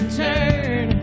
turn